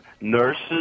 nurses